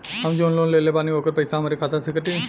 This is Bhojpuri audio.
हम जवन लोन लेले बानी होकर पैसा हमरे खाते से कटी?